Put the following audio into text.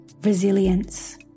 resilience